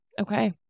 Okay